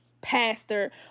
pastor